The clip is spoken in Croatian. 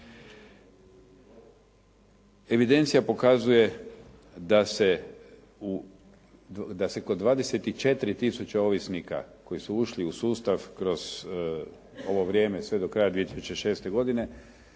Evidencija pokazuje da se kod 24 tisuće ovisnika koji su ušli u sustav kroz ovo vrijeme sve do kraja 2006. godine,